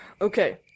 Okay